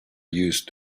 used